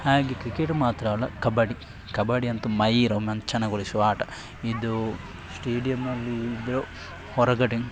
ಹಾಗೇ ಕ್ರಿಕೆಟ್ ಮಾತ್ರ ಅಲ್ಲ ಕಬಡ್ಡಿ ಕಬಡ್ಡಿ ಅಂತೂ ಮೈ ರೋಮಾಂಚನಗೊಳಿಸುವ ಆಟ ಇದು ಸ್ಟೇಡಿಯಂನಲ್ಲಿ ಇದ್ರೂ ಹೊರಗಡೆ